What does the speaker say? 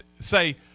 say